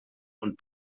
und